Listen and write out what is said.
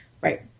Right